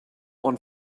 one